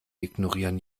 ignorieren